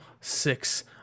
six